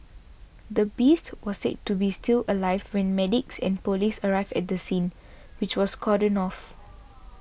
the beast was said to be still alive when medics and police arrived at the scene which was cordoned off